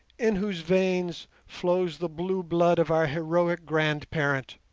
in whose veins flows the blue blood of our heroic grandparent,